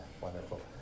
Wonderful